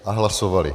A hlasovali.